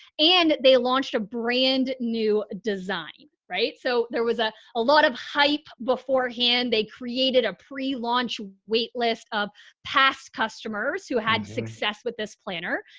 and they launched a brand new design, right? so there was ah a lot of hype beforehand. they created a prelaunch wait list of past customers who had success with this planner.